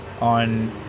on